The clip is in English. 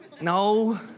No